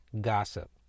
Gossip